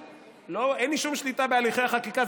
אין לי שום שליטה בהליכי החקיקה.